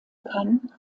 kann